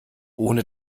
ohne